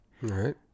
right